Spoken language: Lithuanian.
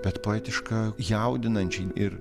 bet poetišką jaudinančiai ir